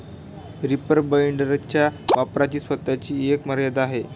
reaper बाइंडरच्या वापराची स्वतःची एक मर्यादा आहे